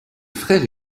frère